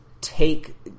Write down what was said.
take